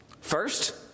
first